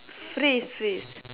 phrase phrase